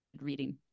Reading